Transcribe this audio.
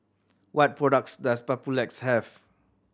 what products does Papulex have